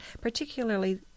particularly